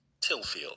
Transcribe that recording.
Tillfield